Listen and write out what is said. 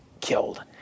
killed